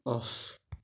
off